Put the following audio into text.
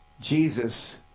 Jesus